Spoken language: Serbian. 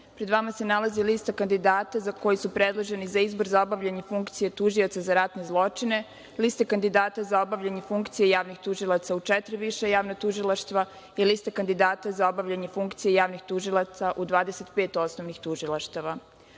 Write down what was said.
vama se nalazi lista kandidata koji su predloženi za izbor za obavljanje funkcije Tužioca za ratne zločine, lista kandidata za obavljanje javnih tužilaca u četiri viša javna tužilaštva i liste kandidata za obavljanje funkcija javnih tužilaca u 25 osnovnih tužilaštava. Odredbom